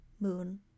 moon